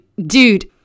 Dude